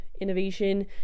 innovation